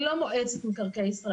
אני לא מועצת מקרקעי ישראל.